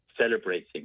celebrating